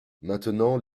maintenant